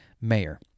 mayor